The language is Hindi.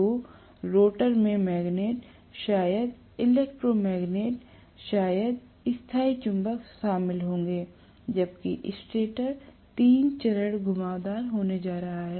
तो रोटर में मैग्नेट शायद इलेक्ट्रोमैग्नेट शायद स्थायी चुंबक शामिल होंगे जबकि स्टेटर तीन चरण घुमावदार होने जा रहा है